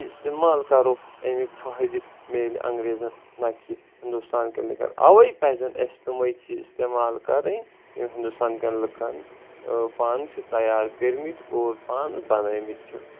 چیٖز استعمال کرو امیُک فٲیدٕ مِلہِ انگریزن نہ کہ ہندوستان کٮ۪ن لکن اوے پزن اسہِ تمے چیٖز استعمال کرٕنۍ یم ہندوستان کٮ۪ن لُکن پانہٕ چھِ تیار کٔرمٕتۍ اور پانہٕ بنٲے مٕتۍ چھِ